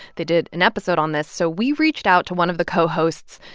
they did an episode on this. so we reached out to one of the co-hosts,